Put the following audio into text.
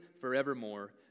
forevermore